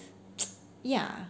ya